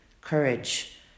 courage